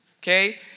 okay